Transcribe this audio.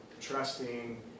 trusting